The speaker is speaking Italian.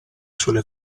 sulle